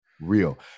Real